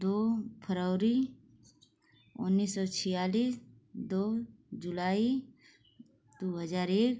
दो फरवरी उन्नीस सौ छियालीस दो जुलाई दो हज़ार एक